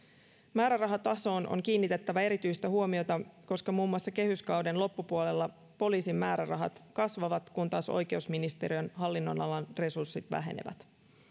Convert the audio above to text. määrärahatasoon on kiinnitettävä erityistä huomiota koska muun muassa kehyskauden loppupuolella poliisin määrärahat kasvavat kun taas oikeusministeriön hallinnonalan resurssit vähenevät